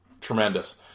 Tremendous